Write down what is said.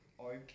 Okay